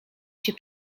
się